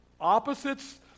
opposites